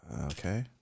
Okay